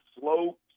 slow